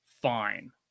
fine